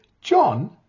John